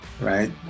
right